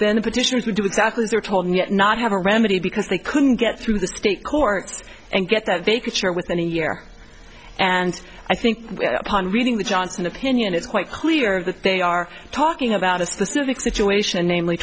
then the petitioners would do exactly as they are told and yet not have a remedy because they couldn't get through the state courts and get that they could share within a year and i think upon reading the johnson opinion it's quite clear that they are talking about a specific situation namely